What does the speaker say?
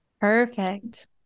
perfect